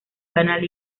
canal